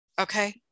okay